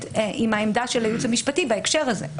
עם העמדה של הייעוץ המשפטי בהקשר הזה.